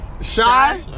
Shy